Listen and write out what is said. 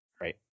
Right